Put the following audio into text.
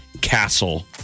castle